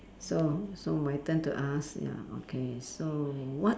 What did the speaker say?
so so my turn to ask ya okay so what